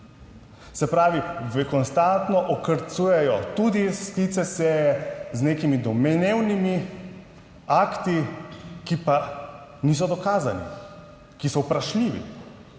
Se pravi, konstantno okrcujejo tudi sklice seje z nekimi domnevnimi akti, ki pa niso dokazani, ki so vprašljivi